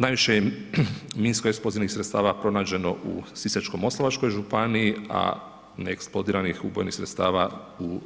Najviše je minsko-eksplozivnih sredstava pronađeno u Sisačko-moslavačkoj županiji a neeksplodiranih ubojnih sredstava u